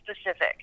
specific